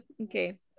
okay